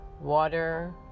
water